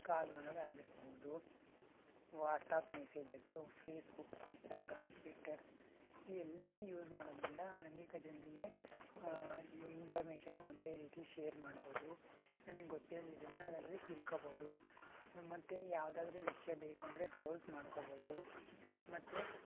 ಕಾಲ್ ಮಾಡೋದಾಗಿರ್ಬೋದು WhatsApp messages Facebook Instagram twitters ಇವೆಲ್ಲ use ಮಾಡೋದ್ರಿಂದ ಅನೇಕ ಜನರಿಗೆ ಇನ್ಫಾರ್ಮೇಶನನ್ನು ಒಂದೇ ರೀತಿ ಶೇರ್ ಮಾಡ್ಬೋದು ನಮಗೆ ಗೊತ್ತಿಲ್ದಿದ್ದನ್ನು ಅದರಲ್ಲಿ ತಿಳ್ಕೋಬೋದು ಮತ್ತು ಯಾವ್ದಾದರೂ ವಿಷಯ ಬೇಕುಂದ್ರೆ ಬ್ರೌಸ್ ಮಾಡ್ಕೊಬೋದು ಮತ್ತು